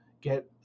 get